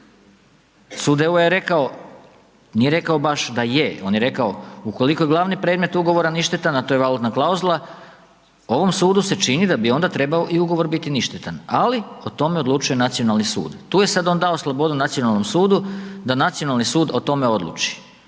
Sud EU-a je rekao, nije rekao baš da je, on je rekao ukoliko je glavni predmet ugovora ništetan a to ej valutna klauzula, ovom sudu se čini da bi onda trebao i ugovor biti ništetan ali o tome odlučuje nacionalni sud. Tu je sad on dao slobodnu nacionalnom sudu da nacionalni sud o tome odluči